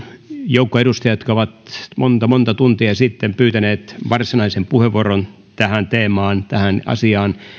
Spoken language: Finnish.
joukko edustajia jotka ovat monta monta tuntia sitten pyytäneet varsinaisen puheenvuoron tähän teemaan tähän asiaan